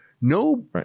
no